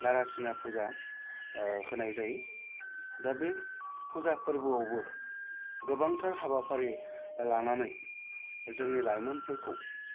नारासिङा फुजा होनाय जायो दा बे फुजा फोरबोआवबो गोबांथार हाबाफारि लानानै जोंनि लाइमोनफोरखौ